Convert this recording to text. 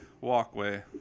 walkway